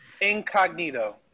incognito